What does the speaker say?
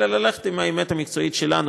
אלא ללכת עם האמת המקצועית שלנו,